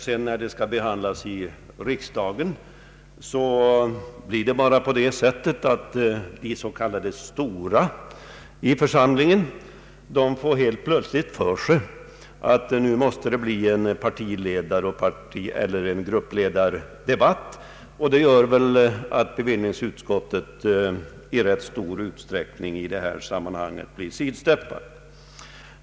Sedan när det skall behandlas i kammaren får helt plötsligt de s.k. stora i församlingen för sig att det måste bli en partioch gruppledardebatt, vilket gör att bevillningsutskottet i rätt stor utsträckning blir sidsteppat.